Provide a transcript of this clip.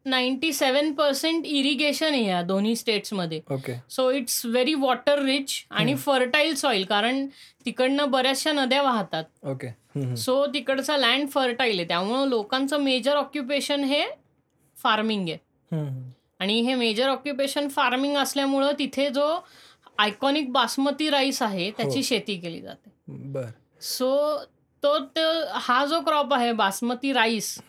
97% irrigation आहे या दोन्ही statesमध्ये. okay. so it's very water rich आणि hmm. fertile soil कारण तिकडनं बऱ्याचशा नद्या वाहतात. okay. hmm hmm. so तिकडचं land fertile आहे. त्यामुळं लोकांचं major occupation हे farming आहे. hmm hmm. आणि हे major occupation farming असल्यामुळं तिथे जो iconic बासमती rice आहे, त्याची हो. शेती केली जाते. बरं. so तो त हा जो crop आहे, बासमती rice,